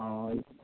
ആ ആ